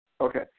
Okay